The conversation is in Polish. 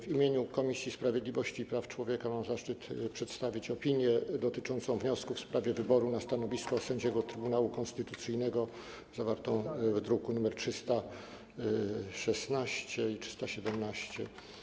W imieniu Komisji Sprawiedliwości i Praw Człowieka mam zaszczyt przedstawić opinię dotyczącą wniosku w sprawie wyboru na stanowisko sędziego Trybunału Konstytucyjnego, druki nr 316 i 317.